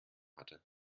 hatte